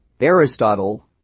Aristotle